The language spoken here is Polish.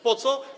Po co?